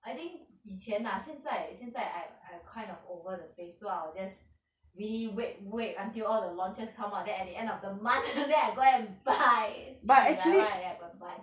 I think 以前 ah 现在现在 I I kind of over the phase so I will just really wait wait until all the launches come out then at the end of the month then I go and buy see if I want then I go and buy